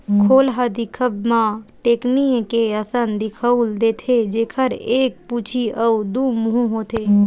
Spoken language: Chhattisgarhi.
खोल ह दिखब म टेकनी के असन दिखउल देथे, जेखर एक पूछी अउ दू मुहूँ होथे